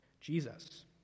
Jesus